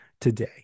today